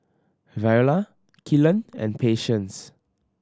Viola Kylan and Patience